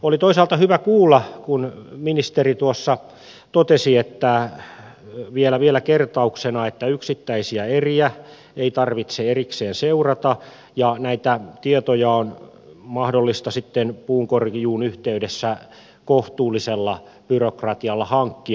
oli toisaalta hyvä kuulla kun ministeri tuossa totesi vielä kertauksena että yksittäisiä eriä ei tarvitse erikseen seurata ja näitä tietoja on mahdollista sitten puunkorjuun yhteydessä kohtuullisella byrokratialla hankkia